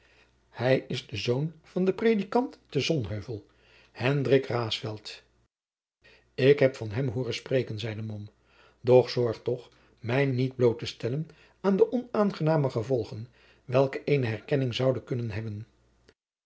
hij is de zoon van den predikant te sonheuvel hendrik raesfelt jacob van lennep de pleegzoon ik heb van hem hooren spreken zeide mom doch zorg toch mij niet bloot te stellen aan de onaangename gevolgen welke eene herkenning zoude kunnen hebben